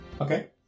Okay